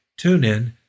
TuneIn